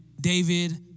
David